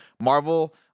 Marvel